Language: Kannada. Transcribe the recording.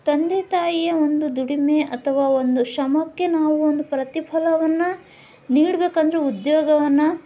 ತಂದೆ ತಾಯಿಯ ಒಂದು ದುಡಿಮೆ ಅಥವಾ ಒಂದು ಶ್ರಮಕ್ಕೆ ನಾವು ಒಂದು ಪ್ರತಿಫಲವನ್ನು ನೀಡಬೇಕಂದ್ರೂ ಉದ್ಯೋಗವನ್ನು